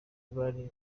bari